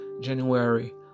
January